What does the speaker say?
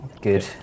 Good